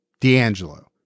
D'Angelo